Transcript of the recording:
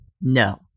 no